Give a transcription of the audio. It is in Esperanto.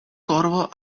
korvo